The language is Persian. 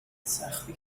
سختی